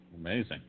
Amazing